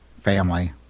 family